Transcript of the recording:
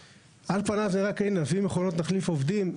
על פניו זה נראה, הנה, נביא מכונות, נחליף עובדים.